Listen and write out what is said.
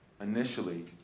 initially